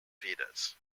vedas